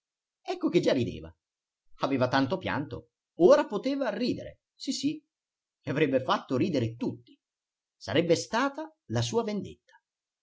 ecco che già rideva aveva tanto pianto ora poteva ridere sì sì e avrebbe fatto ridere tutti sarebbe stata la sua vendetta